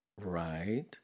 Right